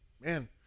man